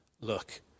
look